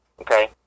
okay